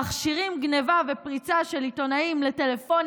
מכשירים גנבה ופריצה של עיתונאים לטלפונים